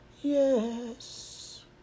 yes